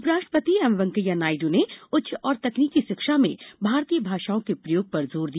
उपराष्ट्रपति एम वेंकैया नायडू ने उच्च और तकनीकी शिक्षा में भारतीय भाषाओं के प्रयोग पर जोर दिया